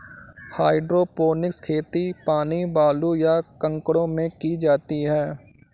hydroponics खेती पानी, बालू, या कंकड़ों में की जाती है